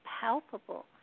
palpable